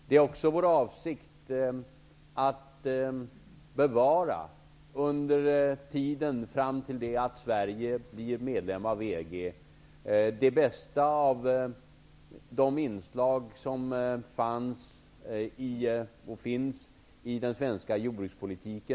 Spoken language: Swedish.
Det är också vår avsikt att under tiden fram till det att Sverige blir medlem av EG bevara de bästa inslagen i den svenska jordbrukspolitiken.